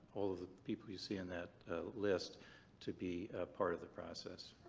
all of the people you see in that list to be a part of the process.